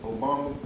Obama